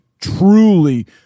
truly